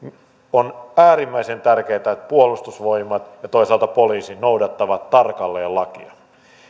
on äärimmäisen tärkeätä että puolustusvoimat ja toisaalta poliisi noudattavat tarkalleen lakia